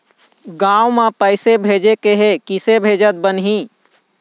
गांव म पैसे भेजेके हे, किसे भेजत बनाहि?